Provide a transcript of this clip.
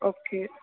okay